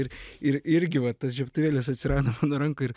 ir ir irgi va tas žiebtuvėlis atsirando mano rankoj ir